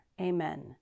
Amen